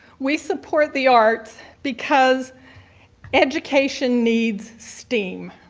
we support the arts because education needs steam.